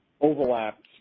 overlaps